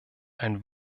ein